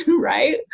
Right